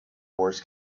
wars